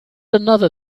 another